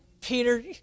Peter